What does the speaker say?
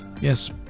Yes